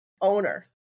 owner